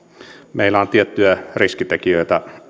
meillä on tiettyjä riskitekijöitä